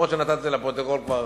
אף-על-פי שנתתי את זה לפרוטוקול כבר